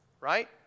right